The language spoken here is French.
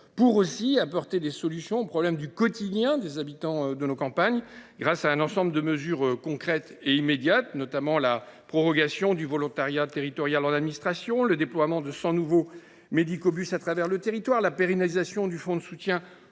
il faut apporter des solutions aux problèmes que les habitants des campagnes rencontrent au quotidien, grâce à un ensemble de mesures concrètes et immédiates, dont la prorogation du volontariat territorial en administration, le déploiement de cent nouveaux médicobus à travers le territoire, la pérennisation du fonds de soutien